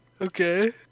Okay